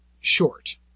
short